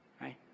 right